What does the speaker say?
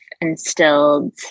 instilled